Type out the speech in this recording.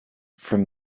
from